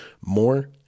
more